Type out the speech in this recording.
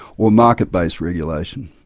or market-based regulation.